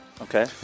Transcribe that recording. Okay